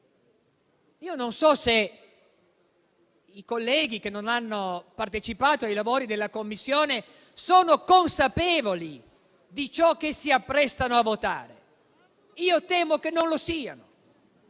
Io non so se i colleghi che non hanno partecipato ai lavori della Commissione sono consapevoli di ciò che si apprestano a votare. Temo che non lo siano